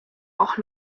auch